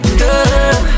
girl